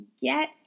Get